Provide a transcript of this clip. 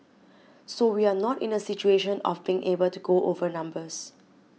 so we are not in a situation of being able to go over numbers